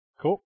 Cool